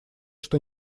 что